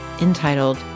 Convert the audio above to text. entitled